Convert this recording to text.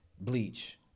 Bleach